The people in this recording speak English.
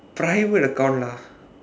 private account lah